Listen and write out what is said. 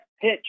pitch